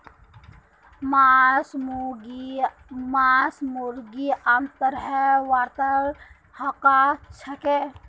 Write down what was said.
मांस मुर्गीक आमतौरत ब्रॉयलर कहाल जाछेक